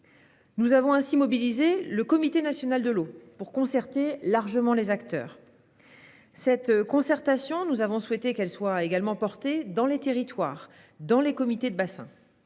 Nous avons ainsi mobilisé le Comité national de l'eau (CNE) pour organiser une large concertation des acteurs. Cette concertation, nous avons souhaité qu'elle soit également déployée dans les territoires, dans les comités de bassin,